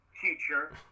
teacher